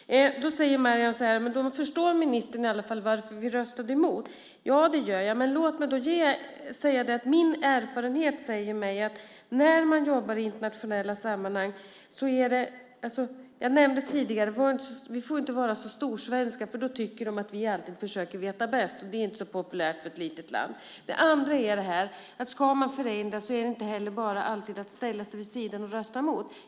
Maryam Yazdanfar säger att då förstår ministern i alla fall varför de röstade emot. Ja, det gör jag, men låt mig samtidigt säga att min erfarenhet säger mig att när man jobbar i internationella sammanhang får vi - vilket jag också nämnde tidigare - inte vara så storsvenska, för då tycker de att vi som vanligt försöker veta bäst. Och det är inte så populärt när det gäller ett litet land. Det andra är att om man ska förändra är det inte att bara ställa sig vid sidan av och rösta emot.